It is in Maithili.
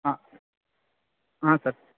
हाँ सर